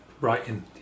Writing